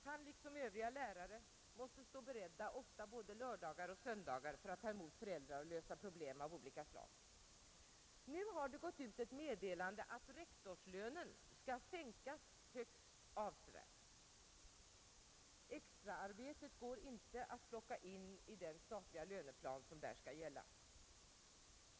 Han liksom övriga lärare måste stå beredda, ofta både lördagar och söndagar, för att ta emot föräldrar och lösa problem av alla slag. Nu har det gått ut ett meddelande om att rektorslönen skall sänkas högst avsevärt. Extraarbetet går inte att plocka in i den statliga löneplan som skall gälla.